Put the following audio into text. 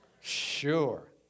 Sure